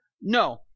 No